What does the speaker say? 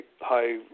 high